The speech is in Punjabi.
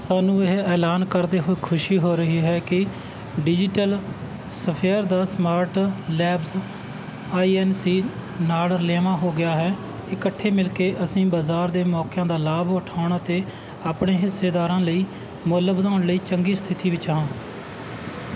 ਸਾਨੂੰ ਇਹ ਐਲਾਨ ਕਰਦੇ ਹੋਏ ਖੁਸ਼ੀ ਹੋ ਰਹੀ ਹੈ ਕਿ ਡਿਜੀਟਲ ਸਫੇਅਰ ਦਾ smart labs I N C ਨਾਲ ਰਲੇਵਾਂ ਹੋ ਗਿਆ ਹੈ ਇਕੱਠੇ ਮਿਲ ਕੇ ਅਸੀਂ ਬਾਜ਼ਾਰ ਦੇ ਮੌਕਿਆਂ ਦਾ ਲਾਭ ਉਠਾਉਣ ਅਤੇ ਆਪਣੇ ਹਿੱਸੇਦਾਰਾਂ ਲਈ ਮੁੱਲ ਵਧਾਉਣ ਲਈ ਚੰਗੀ ਸਥਿਤੀ ਵਿੱਚ ਹਾਂ